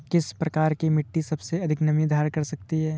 किस प्रकार की मिट्टी सबसे अधिक नमी धारण कर सकती है?